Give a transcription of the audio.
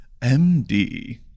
MD